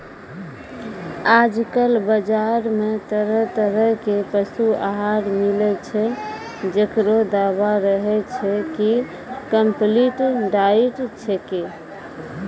आजकल बाजार मॅ तरह तरह के पशु आहार मिलै छै, जेकरो दावा रहै छै कि कम्पलीट डाइट छेकै